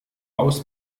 aus